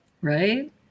Right